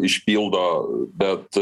išpildo bet